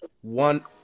one